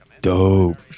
dope